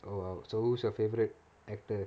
oh !wow! so who's your favourite actor